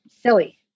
silly